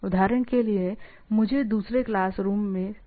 उदाहरण के लिए मुझे दूसरे क्लास रूम से एक पेन चाहिए